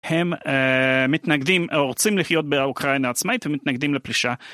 הם אה... מתנגדים, או רוצים לחיות באוקראינה עצמאית, ומתנגדים לפלישה.